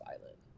violent